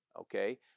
okay